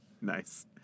Nice